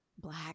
black